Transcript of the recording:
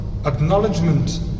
acknowledgement